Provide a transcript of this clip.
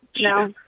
No